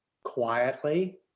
quietly